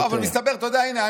הינה,